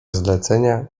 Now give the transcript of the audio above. zlecenia